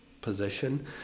position